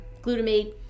glutamate